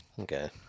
Okay